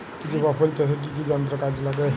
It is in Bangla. জবা ফুল চাষে কি কি যন্ত্র কাজে লাগে?